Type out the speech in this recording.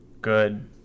good